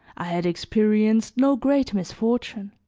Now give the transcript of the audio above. i had experienced no great misfortune,